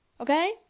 okay